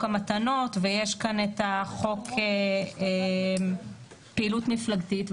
המתנות ויש כאן את חוק פעילות מפלגתית.